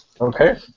Okay